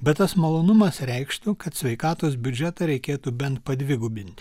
bet tas malonumas reikštų kad sveikatos biudžetą reikėtų bent padvigubint